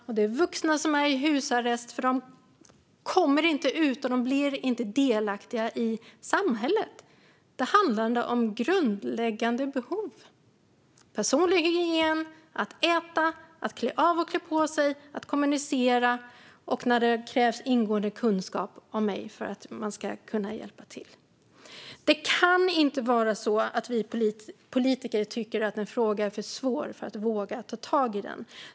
Och det är vuxna som är i husarrest eftersom de inte kommer ut och inte blir delaktiga i samhället. Detta handlar om grundläggande behov - personlig hygien, att äta, att klä av och på sig, att kommunicera - där det krävs ingående kunskap om personen i fråga för att man ska kunna hjälpa till. Det kan inte vara så att vi politiker tycker att en fråga är för svår för att våga ta tag i den.